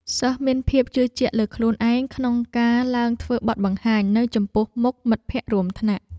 សិស្សមានភាពជឿជាក់លើខ្លួនឯងក្នុងការឡើងធ្វើបទបង្ហាញនៅចំពោះមុខមិត្តភក្តិរួមថ្នាក់។